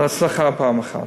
על הצלחה פעם אחת.